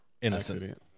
innocent